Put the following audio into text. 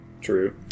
True